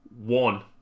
One